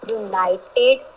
united